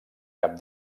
cap